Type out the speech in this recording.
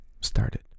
started